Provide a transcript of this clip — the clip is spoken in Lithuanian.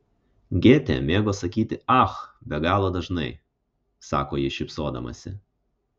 gėtė mėgo sakyti ach be galo dažnai sako ji šypsodamasi